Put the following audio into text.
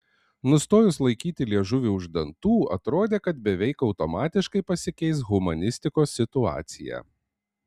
nustojus laikyti liežuvį už dantų atrodė kad beveik automatiškai pasikeis humanistikos situacija